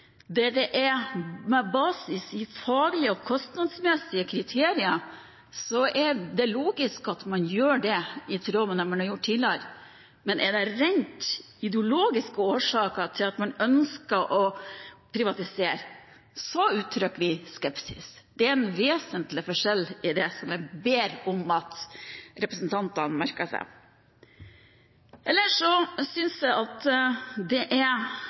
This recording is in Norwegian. der det er med basis i faglige og kostnadsmessige kriterier, er det logisk at man gjør det, i tråd med det man har gjort tidligere, men er det rent ideologiske årsaker til at man ønsker å privatisere, uttrykker vi skepsis. Det er en vesentlig forskjell i det som jeg ber om at representantene merker seg. Ellers synes jeg det er